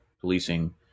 policing